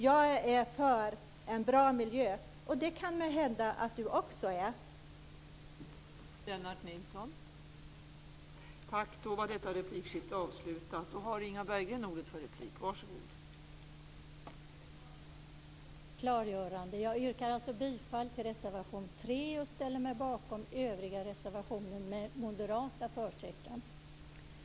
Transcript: Jag är för en bra miljö, och det kan det hända att också Lennart Nilsson är.